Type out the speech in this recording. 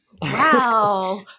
Wow